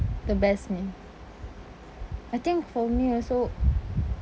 the best meal I think for me also